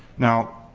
now,